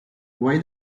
why